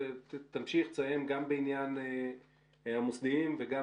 תמשיך לסיים גם בעניין המוסדיים וגם